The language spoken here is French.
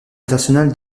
international